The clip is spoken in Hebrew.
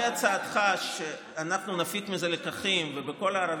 כי הוא